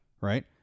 Right